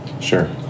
Sure